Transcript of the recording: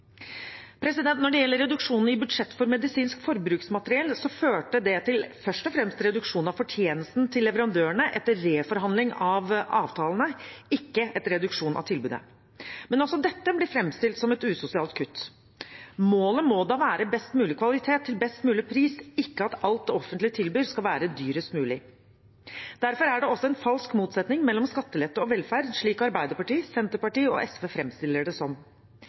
Når det gjelder reduksjon i budsjett for medisinsk forbruksmateriell, førte det først og fremst til reduksjon av fortjenesten til leverandørene etter reforhandling av avtalene, ikke en reduksjon av tilbudet. Men også dette blir framstilt som et usosialt kutt. Målet må være best mulig kvalitet til best mulig pris, ikke at alt det offentlige tilbyr, skal være dyrest mulig. Derfor er det også en falsk motsetning mellom skattelette og velferd, slik Arbeiderpartiet, Senterpartiet og SV framstiller det.